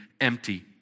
empty